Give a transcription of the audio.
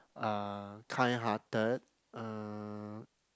uh kind hearted uh